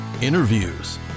interviews